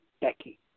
Becky